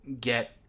get –